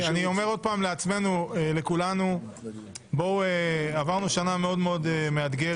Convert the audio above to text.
אני אומר שוב לכולנו שעברנו שנה מאוד מאוד מאתגרת,